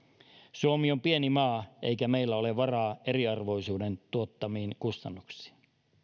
suomi on pieni maa eikä meillä ole varaa eriarvoisuuden tuottamiin kustannuksiin